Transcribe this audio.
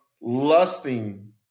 lusting